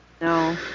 No